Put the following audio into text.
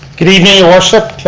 good evening your worship,